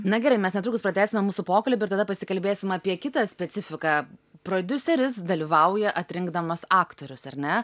na gerai mes netrukus pratęsime mūsų pokalbį ir tada pasikalbėsim apie kitą specifiką prodiuseris dalyvauja atrinkdamas aktorius ar ne